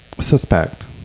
Suspect